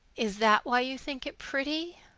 is that why you think it pretty?